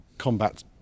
combat